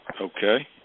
Okay